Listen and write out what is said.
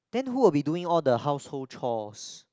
then who will be doing all the household chores